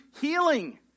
healing